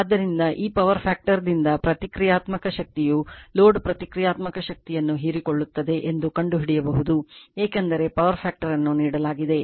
ಆದ್ದರಿಂದ ಈ power factor ದಿಂದ ಪ್ರತಿಕ್ರಿಯಾತ್ಮಕ ಶಕ್ತಿಯು ಲೋಡ್ ಪ್ರತಿಕ್ರಿಯಾತ್ಮಕ ಶಕ್ತಿಯನ್ನು ಹೀರಿಕೊಳ್ಳುತ್ತದೆ ಎಂದು ಕಂಡುಹಿಡಿಯಬಹುದು ಏಕೆಂದರೆ power factor ನ್ನು ನೀಡಲಾಗಿದೆ